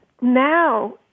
now